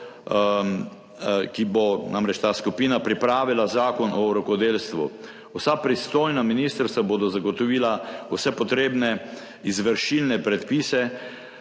naj bi namreč pripravila zakon o rokodelstvu. Vsa pristojna ministrstva bodo zagotovila vse potrebne izvršilne predpise,